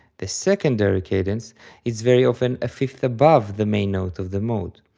the secondary cadence is very often a fifth above the main note of the mode.